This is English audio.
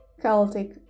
Celtic